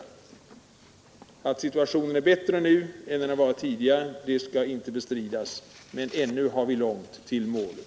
Jag skall inte bestrida att situationen är bättre nu än den varit tidigare, men ännu har vi långt till målet.